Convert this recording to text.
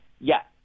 yes